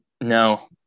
no